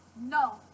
No